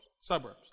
suburbs